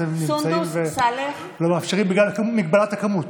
אתם נמצאים ולא מאפשרים בגלל מגבלת הכמות.